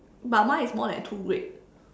but mine is more than two grade